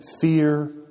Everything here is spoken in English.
Fear